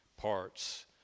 parts